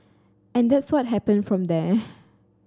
and that's what happened from there